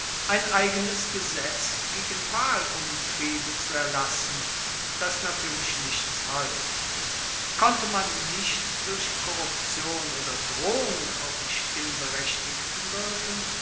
ein eigenes gesetz gegen wahlumtriebe zu erlassen das natuerlich nichts half konnte man nicht durch korruption oder drohung auf die stimmberechtigten wirken